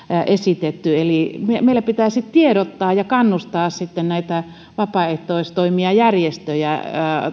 esitetty eli meillä pitäisi tiedottaa ja kannustaa näitä vapaaehtoistoimijajärjestöjä